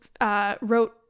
wrote